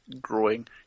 growing